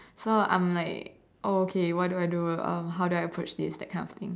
so I'm like oh okay what do I do uh how do I approach this that kind of thing